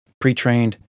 pre-trained